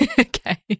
Okay